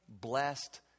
blessed